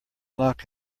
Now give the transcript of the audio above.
lock